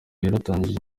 yatangarije